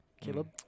Caleb